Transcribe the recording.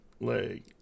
leg